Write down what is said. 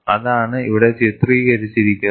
അതാണ് ഇവിടെ ചിത്രീകരിച്ചിരിക്കുന്നത്